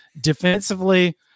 defensively